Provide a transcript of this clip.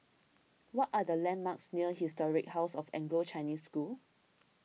what are the landmarks near Historic House of Anglo Chinese School